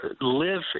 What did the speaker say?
live